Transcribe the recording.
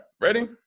ready